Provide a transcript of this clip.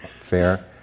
fair